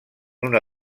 una